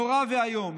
נורא ואיום.